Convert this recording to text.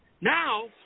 Now